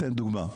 אתן דוגמה,